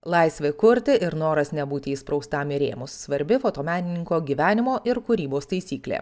laisvė kurti ir noras nebūti įspraustam į rėmus svarbi fotomenininko gyvenimo ir kūrybos taisyklė